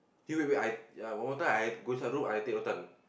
K wait wait I ah one more time I go inside your room I take rotan